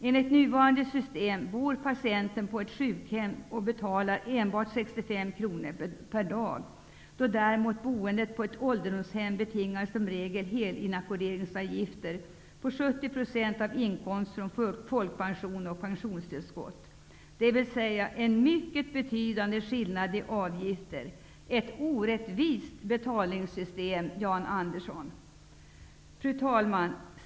Enligt det nuvarande systemet betalar en patient på ett sjukhem endast 65 à 70 kronor per dag, medan den som bor på ett ålderdomshem betalar en helinackorderingsavgift på 70 % av folkpension och pensionstillskott. Det är med andra ord en mycket betydande skillnad i avgifter -- det är ett orättvist betalningssystem, Jan Andersson. Fru talman!